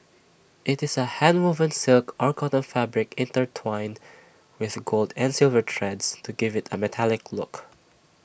IT is A handwoven silk or cotton fabric intertwined with gold and silver threads to give IT A metallic look